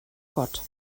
gott